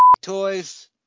toys